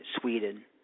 Sweden